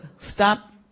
stop